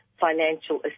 financial